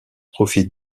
profite